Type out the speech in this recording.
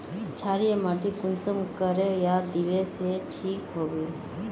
क्षारीय माटी कुंसम करे या दिले से ठीक हैबे?